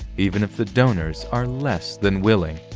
even if the donors are less than willing.